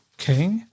Okay